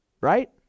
Right